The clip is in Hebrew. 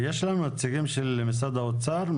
יש לנו נציגים של משרד האוצר?